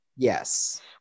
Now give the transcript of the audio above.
Yes